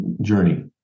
journey